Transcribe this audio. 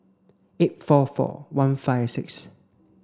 eight four four one five six